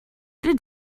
did